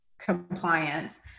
compliance